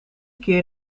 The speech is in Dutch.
keer